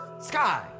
Sky